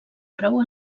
prou